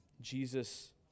Jesus